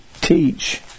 teach